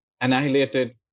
annihilated